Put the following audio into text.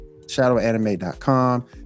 ShadowAnime.com